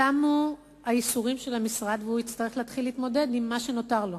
תמו הייסורים של המשרד והוא יצטרך להתחיל להתמודד עם מה שנותר לו.